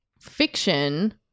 fiction